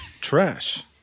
trash